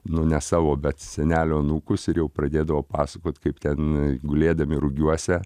nu ne savo bet senelio anūkus ir jau pradėdavo pasakot kaip ten gulėdami rugiuose